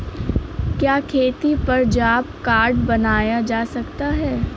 क्या खेती पर जॉब कार्ड बनवाया जा सकता है?